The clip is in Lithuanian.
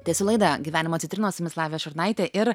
tęsiu laidą gyvenimo citrinos su jumis lavija šurnaitė ir